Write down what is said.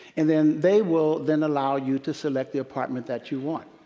and then they will then allow you to select the apartment that you want.